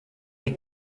die